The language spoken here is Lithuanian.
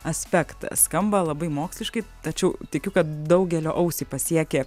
aspektas skamba labai moksliškai tačiau tikiu kad daugelio ausį pasiekė